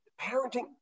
parenting